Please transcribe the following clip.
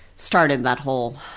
started that whole,